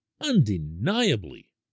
undeniably